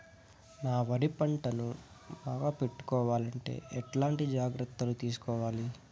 నా వరి పంటను బాగా పెట్టుకోవాలంటే ఎట్లాంటి జాగ్రత్త లు తీసుకోవాలి?